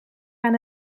aan